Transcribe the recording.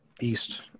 East